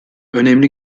önemli